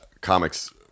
comics